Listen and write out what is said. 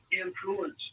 influence